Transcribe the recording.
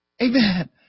Amen